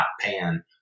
pan